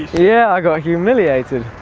yeah i got humiliated!